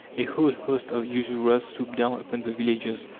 a whole host of usurers swoop down upon the villages,